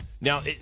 Now